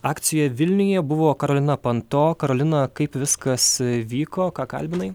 akcija vilniuje buvo karolina panto karolina kaip viskas vyko ką kalbinai